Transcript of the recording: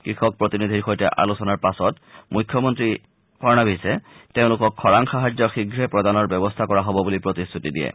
কৃষক প্ৰতিনিধিৰ সৈতে আলোচনাৰ পাছত মুখ্যমন্ত্ৰী ফাড়নাৰিছে তেওঁলোকক খৰাং সাহায্য শীঘ্ৰে প্ৰদানৰ ব্যৱস্থা কৰা হব বুলি প্ৰতিশ্ৰতি দিয়ে